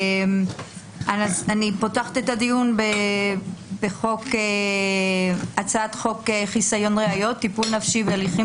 על סדר-היום: הצעת חוק חסיון ראיות (טיפול נפשי בהליכים